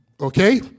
Okay